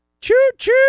Choo-choo